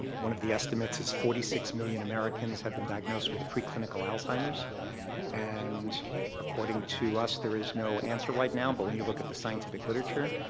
one of the estimates is forty six million americans have been diagnosed with a preclinical alzheimer's and according to us there is no answer right now, but when you look at the scientific literature,